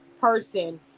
person